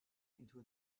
into